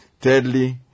Thirdly